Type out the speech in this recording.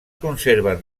conserven